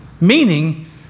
Meaning